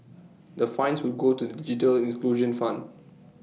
the fines will go to the digital fund